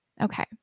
okay